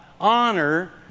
Honor